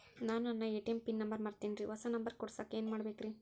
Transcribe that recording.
ನಾನು ನನ್ನ ATM PIN number ಮರ್ತೇನ್ರಿ, ಹೊಸಾ ನಂಬರ್ ಕುಡಸಾಕ್ ಏನ್ ಮಾಡ್ಬೇಕ್ರಿ?